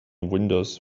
windows